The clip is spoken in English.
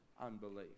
unbelief